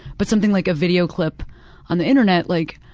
but something like a video clip on the internet like